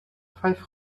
five